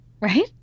right